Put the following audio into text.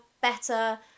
better